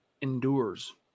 endures